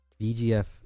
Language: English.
bgf